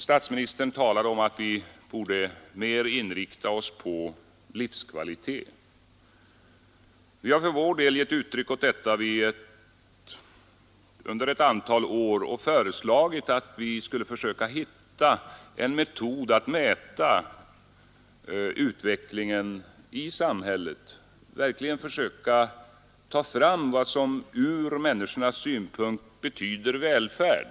Statsministern talade om att vi mer borde inrikta oss på livskvalitet. Vi har för vår del under ett antal år gett uttryck för detta och föreslagit att man skulle försöka finna en metod att mäta utvecklingen i samhället, verkligen försöka ta fram vad som ur människornas synpunkt betyder välfärd.